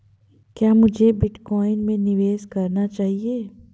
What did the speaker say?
क्या मुझे बिटकॉइन में निवेश करना चाहिए?